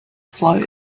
float